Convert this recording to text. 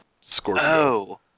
Scorpio